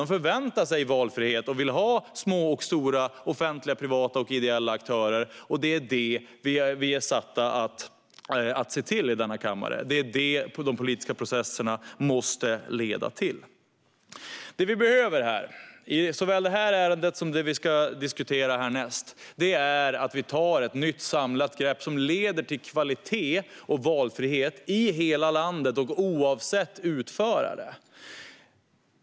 De förväntar sig valfrihet och vill ha små och stora och offentliga, privata och ideella aktörer att välja bland, och det är det vi är satta att se till i denna kammare. Det är det som de politiska processerna måste leda till. Det vi behöver här, i såväl det här ärendet som i det vi ska diskutera härnäst, är att vi tar ett nytt och samlat grepp som leder till kvalitet och valfrihet i hela landet och oavsett utförare.